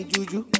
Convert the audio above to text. Juju